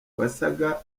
wasaga